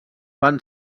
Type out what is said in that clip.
van